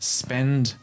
spend